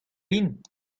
int